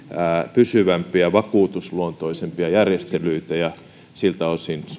pysyvämpiä vakuutusluontoisempia järjestelyitä ja siltä osin suhtaudumme